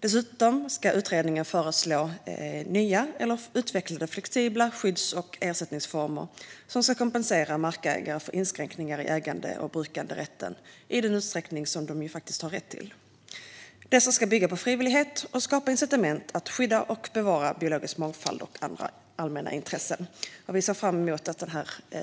Dessutom ska utredningen föreslå nya eller utvecklade flexibla skydds och ersättningsformer som ska kompensera markägare för inskränkningar i ägande och brukanderätten i den utsträckning de faktiskt har rätt till. Dessa ska bygga på frivillighet och skapa incitament att skydda och bevara biologisk mångfald och andra allmänna intressen. Vi ser fram emot att